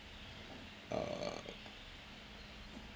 uh